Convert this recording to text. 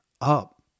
up